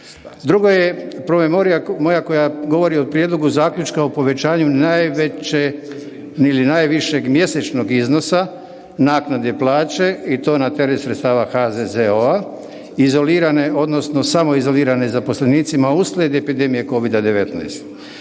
Drugo je promemorija moja koja govori o prijedlogu zaključka o povećanju najveće ili najvišeg mjesečnog iznosa naknade plaće i to na teret sredstava HZZO-a, izolirane odnosno samoizolirane zaposlenicima uslijed epidemije Covida-19.